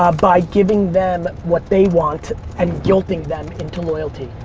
ah by giving them what they want and guilting them into loyalty.